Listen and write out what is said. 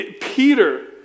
Peter